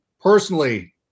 personally